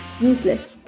useless